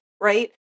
right